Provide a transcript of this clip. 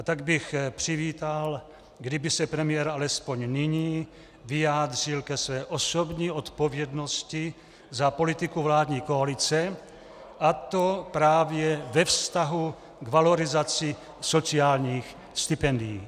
Tak bych přivítal, kdyby se premiér alespoň nyní vyjádřil ke své osobní odpovědnosti za politiku vládní koalice, a to právě ve vztahu k valorizaci sociálních stipendií.